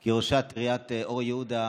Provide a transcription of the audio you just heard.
כי לראשת עיריית אור יהודה,